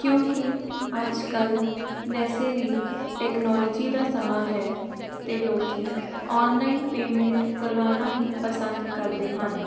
ਕਿਉਂਕਿ ਅੱਜ ਕੱਲ੍ਹ ਵੈਸੇ ਵੀ ਟੈਕਨੋਲੋਜੀ ਦਾ ਸਮਾਂ ਹੈ ਅਤੇ ਲੋਕ ਓਨਲਾਈਨ ਪੇਮੈਂਟ ਕਰਵਾਉਣਾ ਹੀ ਪਸੰਦ ਕਰਦੇ ਹਨ